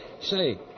Say